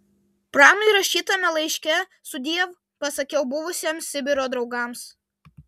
pranui rašytame laiške sudiev pasakiau buvusiems sibiro draugams